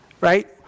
Right